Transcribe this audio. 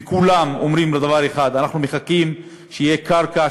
וכולם אומרים דבר אחד: אנחנו מחכים שתהיה קרקע,